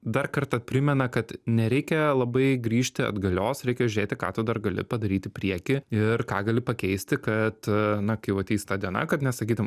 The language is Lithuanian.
dar kartą primena kad nereikia labai grįžti atgalios reikia žėti ką tu dar gali padaryt į priekį ir ką gali pakeisti kad na kai jau ateis ta diena kad nesakytum